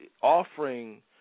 offering